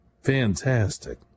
Fantastic